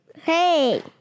Hey